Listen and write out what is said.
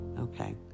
Okay